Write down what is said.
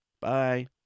bye